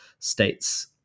States